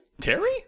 Terry